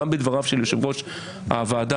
גם בדבריו של יושב-ראש הוועדה,